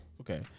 Okay